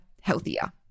healthier